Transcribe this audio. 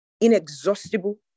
inexhaustible